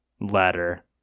ladder